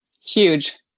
Huge